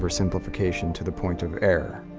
oversimplification to the point of error.